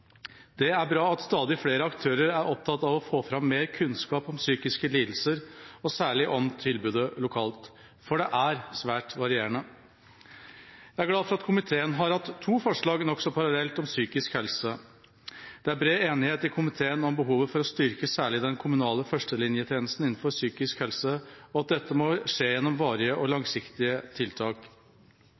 Det er bra at stadig flere aktører er opptatt av å få fram mer kunnskap om psykiske lidelser, og særlig om tilbudet lokalt, for det er svært varierende. Jeg er glad for at komiteen har hatt to forslag nokså parallelt om psykisk helse. Det er bred enighet i komiteen om behovet for å styrke særlig den kommunale førstelinjetjenesten innenfor psykisk helse, og at dette må skje gjennom varige og langsiktige tiltak.